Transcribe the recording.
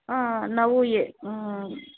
ಆಂ ನಾವು ಏ ಆಂ